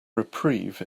reprieve